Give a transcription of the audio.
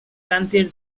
càntir